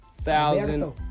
thousand